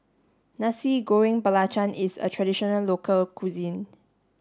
Nasi Goreng Belacan is a traditional local cuisine